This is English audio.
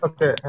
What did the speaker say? Okay, (